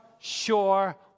sure